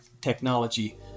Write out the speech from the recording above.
technology